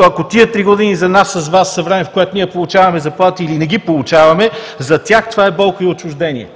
Ако тези три години за нас с Вас е време, в което ние получаваме заплати или не ги получаваме, за тях това е болка и отчуждение.